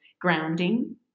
grounding